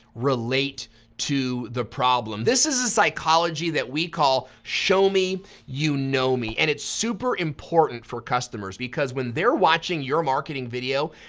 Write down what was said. relate to the problem. this is a psychology that we call, show me you know me. and it's super important for customers, because when they're watching your marketing video,